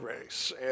race